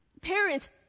Parents